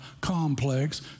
complex